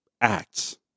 acts